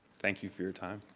thank you for your time.